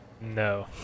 No